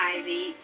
Ivy